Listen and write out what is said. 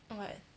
what